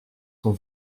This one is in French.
sont